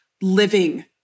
living